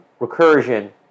recursion